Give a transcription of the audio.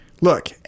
look